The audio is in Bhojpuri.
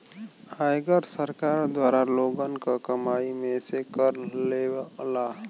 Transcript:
आयकर सरकार द्वारा लोगन क कमाई में से कर लेवला